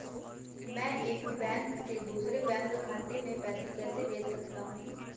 मैं एक बैंक से दूसरे बैंक खाते में पैसे कैसे भेज सकता हूँ?